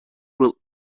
will